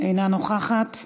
אינה נוכחת.